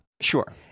Sure